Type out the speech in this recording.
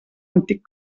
antic